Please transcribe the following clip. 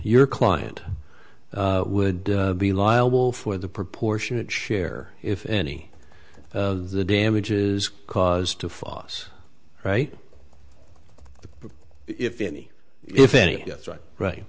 your client would be liable for the proportionate share if any of the damages caused to fos right if any if any yes right right